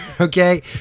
okay